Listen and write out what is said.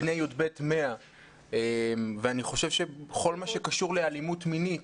בני י"ב 100". אני חושב שבכל מה שקשור לאלימות מינית,